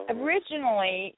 originally